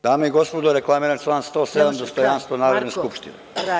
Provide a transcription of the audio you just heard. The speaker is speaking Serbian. Dame i gospodo, reklamiram član 107. – dostojanstvo Narodne skupštine.